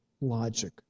logic